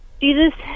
Jesus